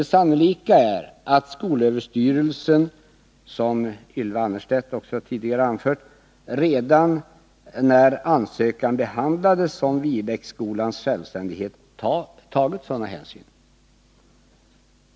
Det sannolika är att skolöverstyrelsen, som Ylva Annerstedt tidigare anförde, redan när man behandlade ansökan om att Viebäcksskolan skall bli självständig har tagit sådana hänsyn.